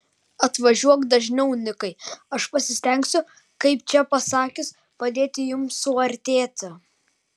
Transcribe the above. atvažiuok dažniau nikai aš pasistengsiu kaip čia pasakius padėti jums suartėti